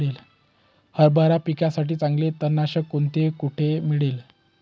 हरभरा पिकासाठी चांगले तणनाशक कोणते, कोठे मिळेल?